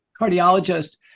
cardiologist